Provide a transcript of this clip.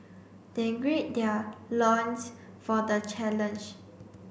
they grid their loins for the challenge